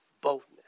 boldness